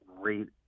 great